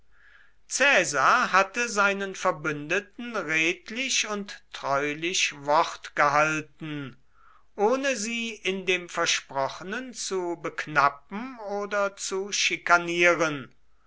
hatte seinen verbündeten redlich und treulich wort gehalten ohne sie in dem versprochenen zu beknappen oder zu schikanieren